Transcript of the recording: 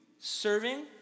serving